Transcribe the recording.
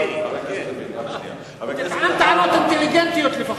תטען טענות אינטליגנטיות לפחות.